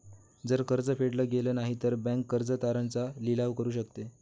जर कर्ज फेडल गेलं नाही, तर बँक कर्ज तारण चा लिलाव करू शकते